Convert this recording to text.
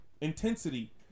intensity